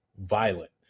violent